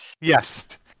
Yes